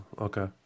okay